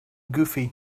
goofy